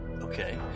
Okay